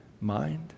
mind